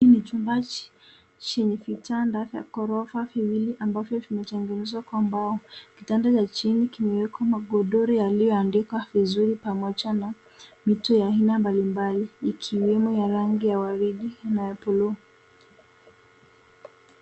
Hiki ni chumba Chenye vitanda vya ghorofa viwili ambayo vimetengeneza kwa mbao. Kitanda cha chini kimewekwa godoro yaliotandikwa vizuri pamoja na Mito ya aina mbalimbali ikiwemo ya rangi ya waridi na [ cs]blue .